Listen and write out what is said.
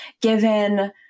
given